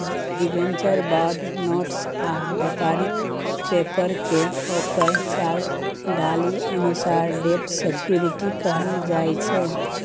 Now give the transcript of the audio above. debenture, bond, notes आ बेपारिक पेपरकेँ ओकर चाल ढालि अनुसार डेट सिक्युरिटी कहल जाइ छै